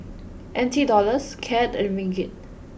N T Dollars Cad and Ringgit